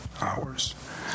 hours